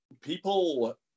people